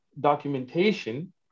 documentation